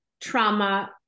trauma